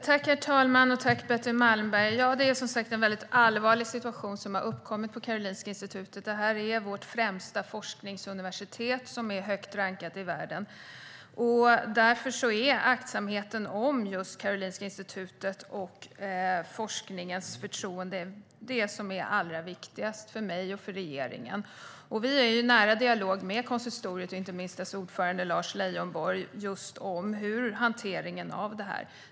Herr talman! Tack, Betty Malmberg! Det är som sagt en mycket allvarlig situation som har uppkommit på Karolinska Institutet. Det är vårt främsta forskningsuniversitet, som är högt rankat i världen. Aktsamheten om Karolinska Institutet och forskningens förtroende är det som är allra viktigast för mig och regeringen. Vi är i nära dialog med konsistoriet och inte minst dess ordförande Lars Leijonborg om hanteringen av detta.